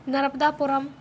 Narmadapuram